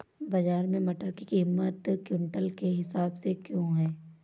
बाजार में मटर की कीमत क्विंटल के हिसाब से क्यो है?